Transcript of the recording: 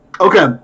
okay